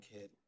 kid